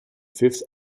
fifth